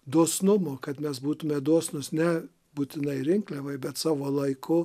dosnumo kad mes būtume dosnūs ne būtinai rinkliavai bet savo laiku